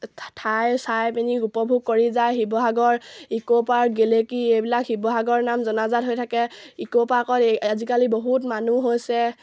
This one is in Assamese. ঠাই চাই পিনি উপভোগ কৰি যায় শিৱসাগৰ ইক'পাৰ্ক গেলেকী এইবিলাক শিৱসাগৰৰ নাম জনাজাত হৈ থাকে ইক'পাৰ্কত এই আজিকালি বহুত মানুহ হৈছে